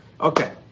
okay